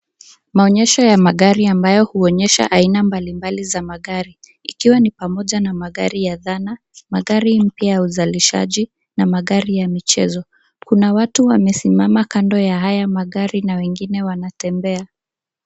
Maonyesho ya magari ambayo huonyesha aina mbalimbali za magari; ikiwa ni pamoja na magari ya dhana, magari mpya ya uzalishaji na magari ya michezo. Kuna watu wamesimama kando ya haya magari na wengine wanatembea.